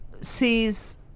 sees